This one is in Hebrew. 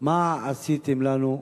מה עשיתם לנו?